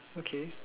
okay